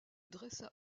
dressa